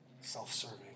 self-serving